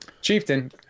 Chieftain